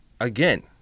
Again